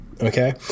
Okay